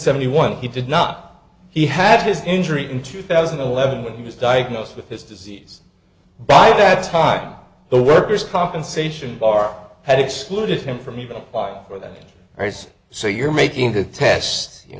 seventy one he did not he had his injury in two thousand and eleven when he was diagnosed with his disease by that time the worker's compensation bar had excluded him from evil by for that reason so you're making the tests you